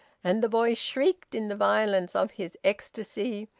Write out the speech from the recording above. and the boy shrieked in the violence of his ecstasy,